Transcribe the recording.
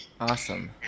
Awesome